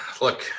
look